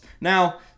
Now